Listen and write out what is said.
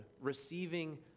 receiving